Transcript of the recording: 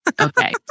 Okay